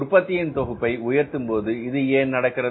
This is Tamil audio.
உற்பத்தியின் தொகுப்பை உயர்த்தும்போது ஏன் இது நடக்கிறது